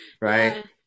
Right